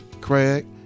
Craig